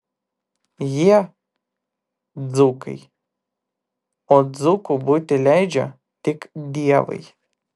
jie dzūkai o dzūku būti leidžia tik dievai